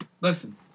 listen